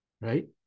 Right